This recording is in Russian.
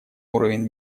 уровень